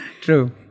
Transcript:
true